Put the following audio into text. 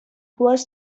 was